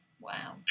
Wow